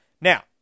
now